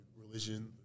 religion